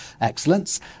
excellence